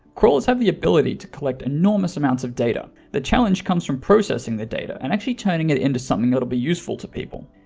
crawlers have the ability to collect enormous amounts of data, the challenge comes from processing processing the data and actually turning it into something that will be useful to people.